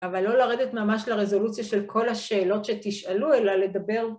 ‫אבל לא לרדת ממש לרזולוציה ‫של כל השאלות שתשאלו, אלא לדבר